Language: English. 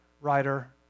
writer